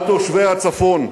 על תושבי הצפון.